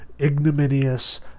ignominious